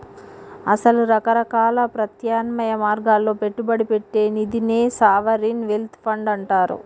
అసల రకరకాల ప్రత్యామ్నాయ మార్గాల్లో పెట్టుబడి పెట్టే నిదినే సావరిన్ వెల్త్ ఫండ్ అంటారు